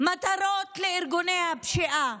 מטרות לארגוני הפשיעה: